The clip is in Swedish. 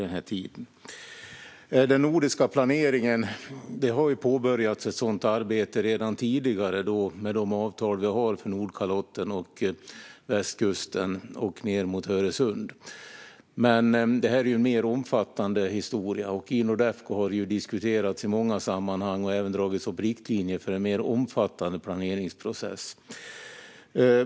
Vad gäller den nordiska planeringen har det påbörjats ett sådant arbete redan tidigare i form av de avtal Sverige har om Nordkalotten, västkusten och ned mot Öresund. Men det här är en mer omfattande historia, och i Nordefco har det ju diskuterats i många sammanhang och även dragits upp riktlinjer för en mer omfattande planeringsprocess.